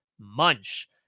Munch